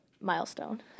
Milestone